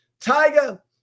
Tiger